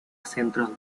centros